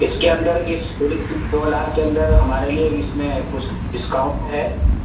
اس کے اندر اس بل دو لاکھ کے اندر ہمارے لیے اس میں کچھ ڈسکاؤنٹ ہے